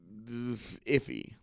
iffy